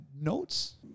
notes